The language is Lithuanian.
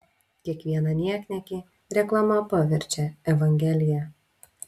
kiekvieną niekniekį reklama paverčia evangelija